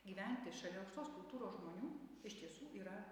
gyventi šalia aukštos kultūros žmonių iš tiesų yra